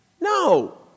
No